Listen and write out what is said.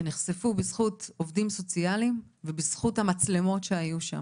שנחשפו בזכות עובדים סוציאליים ובזכות המצלמות שהיו שם.